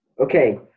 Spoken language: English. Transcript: Okay